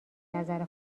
نظر